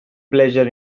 pleasure